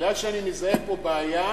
מכיוון שאני מזהה פה בעיה,